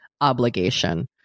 obligation